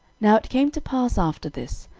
now it came to pass after this,